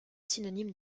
synonymes